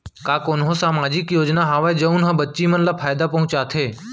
का कोनहो सामाजिक योजना हावय जऊन हा बच्ची मन ला फायेदा पहुचाथे?